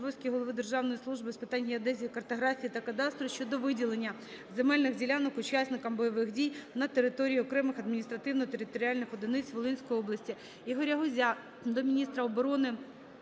обов'язки Голови Державної служби з питань геодезії, картографії та кадастру щодо виділення земельних ділянок учасникам бойових дій на території окремих адміністративно-територіальних одиниць Волинської області.